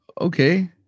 Okay